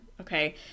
okay